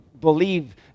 believe